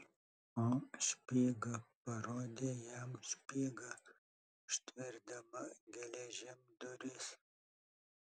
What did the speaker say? o špyga parodė jam špygą užtverdama geležim duris